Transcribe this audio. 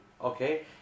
okay